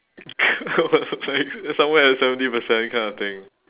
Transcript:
like somewhat at seventy percent kind of thing